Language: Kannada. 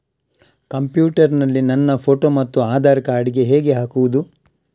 ಕಂಪ್ಯೂಟರ್ ನಲ್ಲಿ ನನ್ನ ಫೋಟೋ ಮತ್ತು ಆಧಾರ್ ಕಾರ್ಡ್ ಹೇಗೆ ಹಾಕುವುದು?